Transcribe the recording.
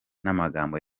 n’amagambo